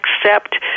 accept